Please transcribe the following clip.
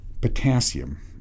Potassium